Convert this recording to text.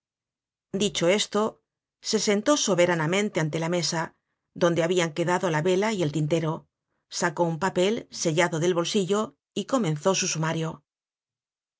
dicho esto se sentó soberanamente ante la mesa donde habian quedado la vela y el tintero sacó un papel sellado del bolsillo y comenzó su sumario